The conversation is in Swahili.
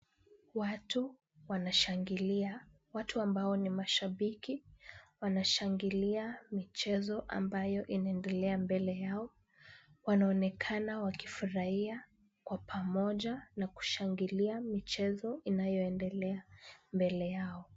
Watu wanashangilia watu ambao ni mashabiki. Wanashangilia michezo ambayo inaendelea mbele yao. Wanaonekana wakifurahia kwa pamoja na kushangilia michezo inayoendelea mbele yao.